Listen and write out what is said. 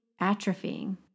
atrophying